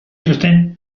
txosten